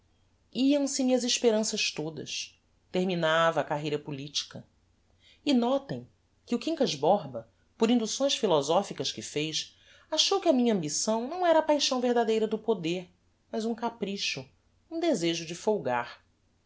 deputados iam se me as esperanças todas terminava a carreira politica e notem que o quincas borba por inducções philosophicas que fez achou que a minha ambição não era a paixão verdadeira do poder mas um capricho um desejo de folgar